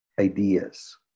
ideas